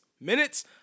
minutes